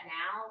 now